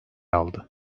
aldı